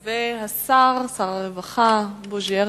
והשר, שר הרווחה בוז'י הרצוג,